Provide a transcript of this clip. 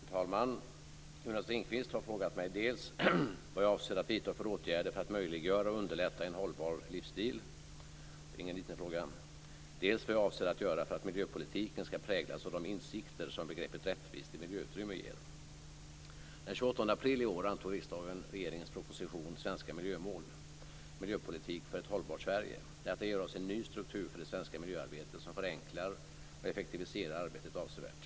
Fru talman! Jonas Ringqvist har frågat mig dels vad jag avser att vidta för åtgärder för att möjliggöra och underlätta en hållbar livsstil - det är ingen liten fråga - dels vad jag avser att göra för att miljöpolitiken skall präglas av de insikter som begreppet Rättvist miljöutrymme ger. Den 28 april i år antog riksdagen regeringens proposition Svenska miljömål. Miljöpolitik för ett hållbart Sverige. Detta ger oss en ny struktur för det svenska miljöarbetet som förenklar och effektiviserar arbetet avsevärt.